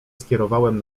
skierowałem